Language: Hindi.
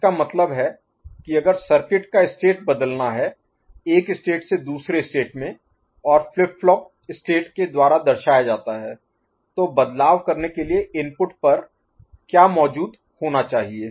जिसका मतलब है कि अगर सर्किट का स्टेट बदलना है एक स्टेट से दूसरे स्टेट में और फ्लिप फ्लॉप स्टेट के द्वारा दर्शाया जाता है तो बदलाव करने के लिए इनपुट पर क्या मौजूद होना चाहिए